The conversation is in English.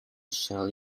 shall